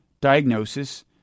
diagnosis